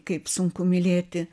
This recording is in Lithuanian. kaip sunku mylėti